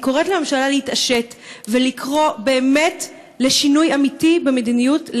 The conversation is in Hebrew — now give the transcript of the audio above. אני קוראת לממשלה להתעשת ולקרוא באמת לשינוי אמיתי במדיניות,